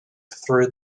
through